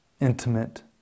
intimate